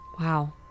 wow